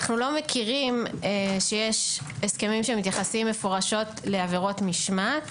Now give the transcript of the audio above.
אנחנו לא מכירים שיש הסכמים שמתייחסים מפורשות לעבירות משמעת,